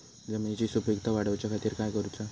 जमिनीची सुपीकता वाढवच्या खातीर काय करूचा?